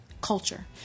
culture